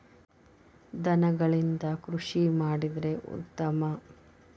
ದನಗಳಿಂದ ಕೃಷಿ ಮಾಡಿದ್ರೆ ಉತ್ತಮ